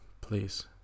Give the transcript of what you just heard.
please